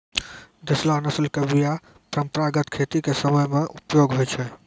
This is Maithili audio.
देशला नस्ल के बीया परंपरागत खेती के समय मे उपयोग होय छै